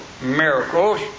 miracles